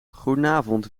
goedenavond